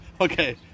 Okay